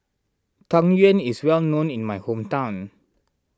Tang Yuen is well known in my hometown